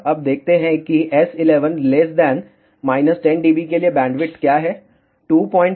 अब देखते हैं कि S11 10 dB के लिए बैंडविड्थ क्या है